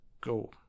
go